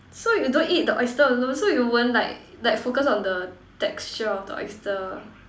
so you don't eat the oyster alone so you won't like like focus on the texture of the oyster